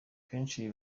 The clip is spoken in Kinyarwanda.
kenshi